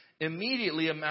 immediately